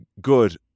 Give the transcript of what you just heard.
good